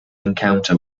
encounter